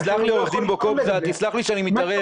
תסלח לי, עורך דין בוקובזה, תסלח לי שאני מתערב.